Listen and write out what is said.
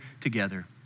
together